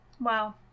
Wow